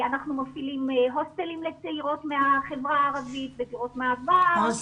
אנחנו מפעילים הוסטלים לצעירות מהחברה הערבית ודירות מעבר.